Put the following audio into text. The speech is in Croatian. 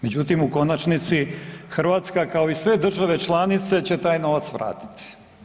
Međutim u konačnici Hrvatska kao i sve države članice će taj novac vratiti.